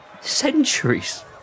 centuries